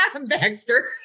Baxter